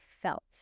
felt